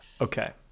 Okay